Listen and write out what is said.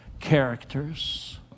characters